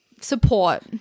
Support